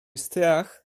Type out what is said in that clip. strach